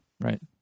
Right